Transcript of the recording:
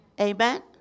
amen